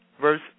verse